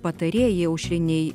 patarėjai aušrinei